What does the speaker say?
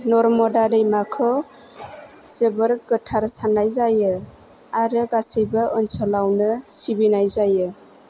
नर्मदा दैमाखौ जोबोर गोथार सान्नाय जायो आरो गासिबो ओनसोलावनो सिबिनाय जायो